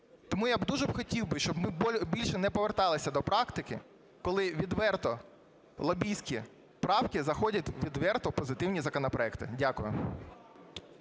Тому я б дуже хотів би, щоб ми більше не поверталися до практики, коли відверто лобістські правки заходять відверто в позитивні законопроекти. Дякую.